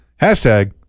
hashtag